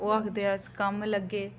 ओह् आखदे अस कम्म लग्गे